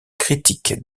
critique